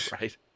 right